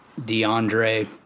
DeAndre